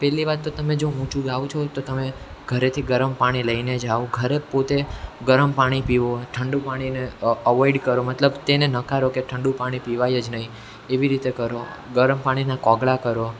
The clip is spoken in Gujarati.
પહેલી વાત તો તમે જો ઊંચું ગાવ છો તો તમે ઘરેથી ગરમ પાણી લઈને જ આવો ઘરે પોતે ગરમ પાણી પીવો ઠડું પાણીને અવોઈડ કરો મતલબ તેને નકારો કે ઠંડુ પાણી પીવાય જ નહીં એવી રીતે કરો ગરમ પાણીના કોગળા કરો